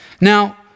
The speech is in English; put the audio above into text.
Now